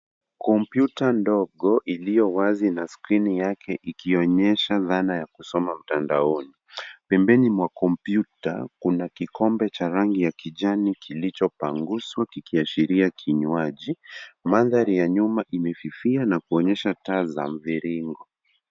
Kompyuta ndogo na skrini yake ikionyesha dhana ya kusoma mtandaoni .Mbeleni mwa kompyuta Kia kikombe cha rangi ya kijani kilichopangwa kuashiria kinywaji. Mandhari ya nyuma imefifia na kuonyesha taa za mviringo.